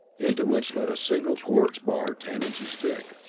into which led a single quartz bar ten inches thick.